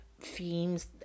themes